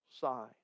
sign